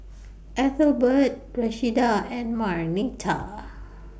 Ethelbert Rashida and Marnita